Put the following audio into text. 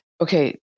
okay